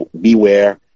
beware